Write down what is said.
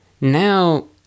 now